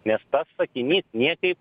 nes pats sakinys niekaip